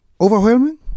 Overwhelming